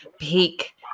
peak